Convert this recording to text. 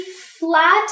flat